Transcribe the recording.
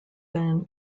then